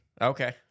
Okay